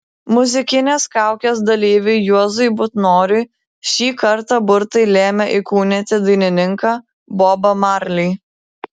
muzikinės kaukės dalyviui juozui butnoriui šį kartą burtai lėmė įkūnyti dainininką bobą marley